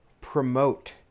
promote